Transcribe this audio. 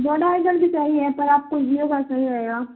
بڑا اگرل بھی چحی ہے پر آپ کو جیو کا صحیح رہے گا